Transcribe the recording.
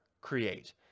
create